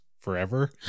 forever